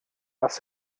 has